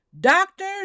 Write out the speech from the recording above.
Doctors